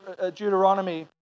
Deuteronomy